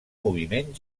moviment